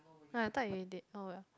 no I thought you did oh well